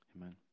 Amen